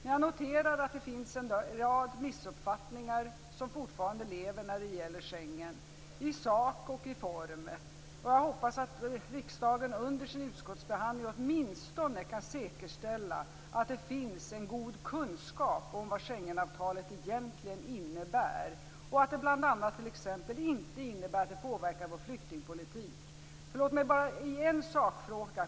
Men jag noterar att det finns en rad missuppfattningar som fortfarande lever när det gäller Schengen - i sak och i form. Jag hoppas att riksdagen under sin utskottsbehandling åtminstone kan säkerställa att det finns en god kunskap om vad Schengenavtalet egentligen innebär, t.ex. om att det inte innebär någon påverkan på vår flyktingpolitik. Låt mig där bara kommentera i en sakfråga.